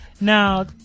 Now